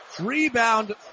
Rebound